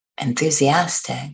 enthusiastic